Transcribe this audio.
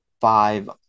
five